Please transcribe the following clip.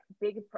big